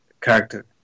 character